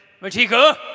Matika